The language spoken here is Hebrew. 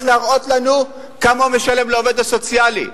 להראות לנו כמה הוא משלם לעובד הסוציאלי,